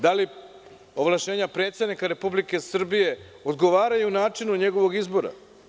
Da li ovlašćenja predsednika Republike Srbije odgovaraju načinu njegovog izbora?